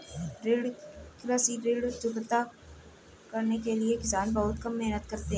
कृषि ऋण चुकता करने के लिए किसान बहुत मेहनत करते हैं